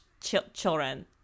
children